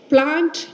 Plant